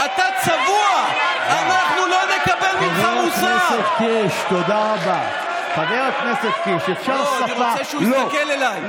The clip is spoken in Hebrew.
כשכל מי שעומד בצומת תפוח יודע שכל השטחים מסביב,